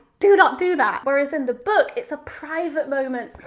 do not do that. whereas in the book, it's a private moment.